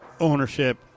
ownership